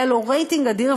היה לו רייטינג אדיר,